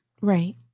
Right